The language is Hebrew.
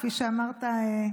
כפי שאמרת,